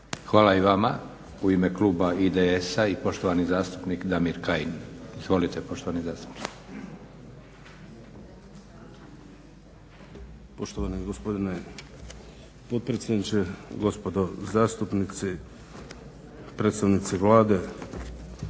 Hvala i vama. U ime kluba IDS-a i poštovani zastupnik Damir Kajin. Izvolite poštovani zastupniče. **Kajin, Damir (IDS)** Poštovani gospodine potpredsjedniče, gospodo zastupnici, predstavnici Vlade.